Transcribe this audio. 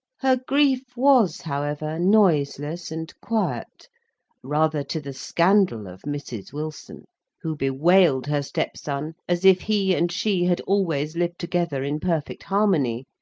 her grief was, however, noiseless, and quiet rather to the scandal of mrs. wilson who bewailed her step-son as if he and she had always lived together in perfect harmony,